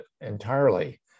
entirely